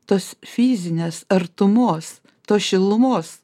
tos fizinės artumos tos šilumos